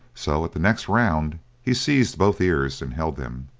so at the next round he seized both ears and held them.